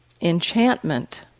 enchantment